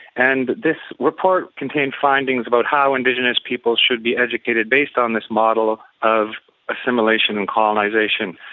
and this report contained findings about how indigenous peoples should be educated based on this model of assimilation and colonisation.